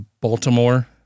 Baltimore